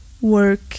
work